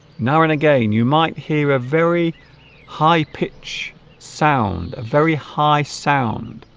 now and again you might hear a very high pitched sound a very high sound